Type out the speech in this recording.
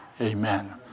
Amen